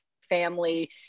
family